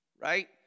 right